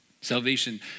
Salvation